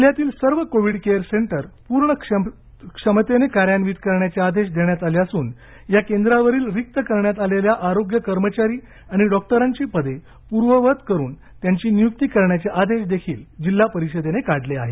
जिल्ह्यातील सर्व covid care centre पूर्ण क्षमतेने कार्यान्वित करण्याचे आदेश देण्यात आले असून या केंद्रावरील रिक्त करण्यात आलेल्या आरोग्य कर्मचारी आणि डॉक्टरांची पदे पूर्ववत करून त्यांची नियुक्ती करण्याचे आदेश देखील जिल्हा परिषदेने काढले आहेत